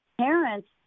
parents